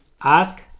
Ask